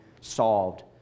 solved